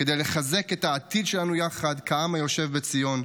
כדי לחזק את העתיד שלנו יחד כעם היושב בציון.